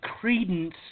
credence